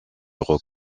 roc